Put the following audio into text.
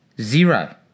Zero